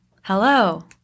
Hello